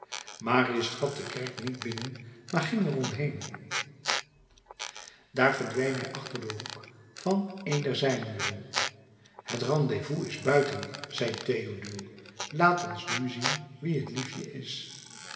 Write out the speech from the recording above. marius trad de kerk niet binnen maar ging er omheên daar verdween hij achter den hoek van een der zijmuren het rendez-vous is buiten zei théodule laat ons nu zien wie t liefje is